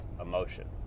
emotion